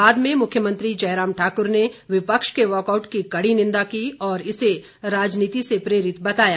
बाद में मुख्यमंत्री जयराम ठाक्र ने विपक्ष के वाकआउट की कड़ी निंदा की और इसे राजनीति से प्रेरित बताया